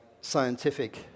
scientific